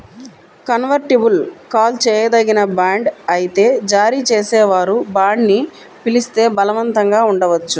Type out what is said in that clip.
convertible call చేయదగిన bond అయితే జారీ చేసేవారు బాండ్ని పిలిస్తే బలవంతంగా ఉండవచ్చు